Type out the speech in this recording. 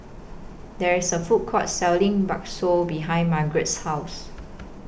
There IS A Food Court Selling Bakso behind Margeret's House